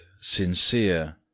sincere